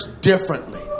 differently